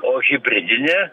o hibridinė